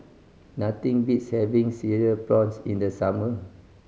nothing beats having Cereal Prawns in the summer